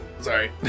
Sorry